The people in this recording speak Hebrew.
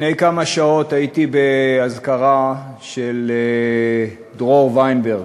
לפני כמה שעות הייתי באזכרה של דרור וינברג.